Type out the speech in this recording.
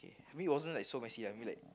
I mean it wasn't like so messy ah I mean like